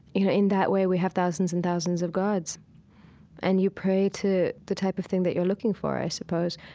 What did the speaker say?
you know in that way, we have thousands and thousands of gods and you pray to the type of thing that you're looking for, i suppose.